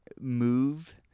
move